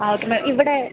ആ okay ma'am ഇവിടെ